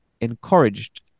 encouraged